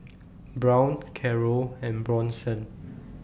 Brown Carroll and Bronson